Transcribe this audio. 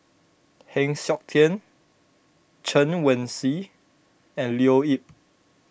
Heng Siok Tian Chen Wen Hsi and Leo Yip